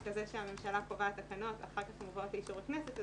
ככזה שהממשלה קובעת תקנות שאחר כך הן מובאות לאישור הכנסת.